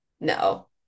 No